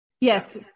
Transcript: yes